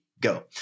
go